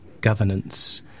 governance